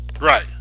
Right